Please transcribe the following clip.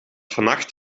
vannacht